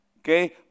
Okay